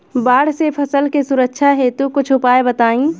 बाढ़ से फसल के सुरक्षा हेतु कुछ उपाय बताई?